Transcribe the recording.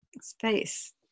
Space